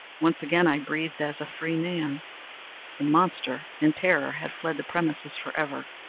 once again i breathed as a freeman. the monster, in terror, had fled the premises forever!